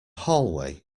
hallway